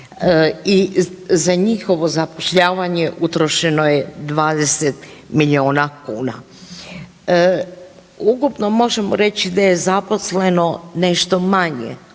za njihovo zapošljavanje utrošeno je 20 miliona kuna. Ukupno možemo reći da je zaposleno nešto manje